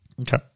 Okay